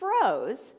froze